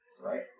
Right